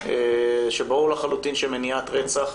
שברור לחלוטין שמניעת רצח,